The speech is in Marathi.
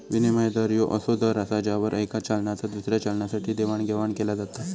विनिमय दर ह्यो असो दर असा ज्यावर येका चलनाचा दुसऱ्या चलनासाठी देवाणघेवाण केला जाता